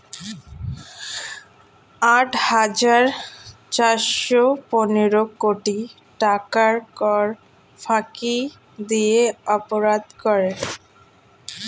আট হাজার চারশ পনেরো কোটি টাকার কর ফাঁকি দিয়ে অপরাধ করে